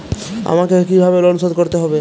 আমাকে কিভাবে লোন শোধ করতে হবে?